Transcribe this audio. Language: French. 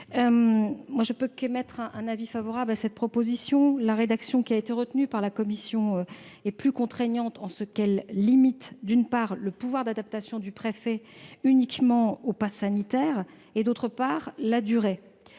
Je ne peux qu'émettre un avis favorable sur cette proposition. La rédaction qui a été retenue par la commission est plus contraignante en ce qu'elle limite, d'une part, le pouvoir d'adaptation du préfet uniquement au passe sanitaire, et, d'autre part, la durée